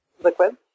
liquid